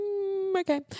Okay